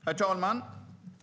Herr talman!